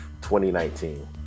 2019